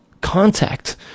Contact